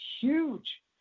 huge